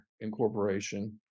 incorporation